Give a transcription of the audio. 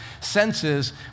senses